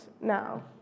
now